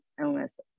illness